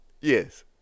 Yes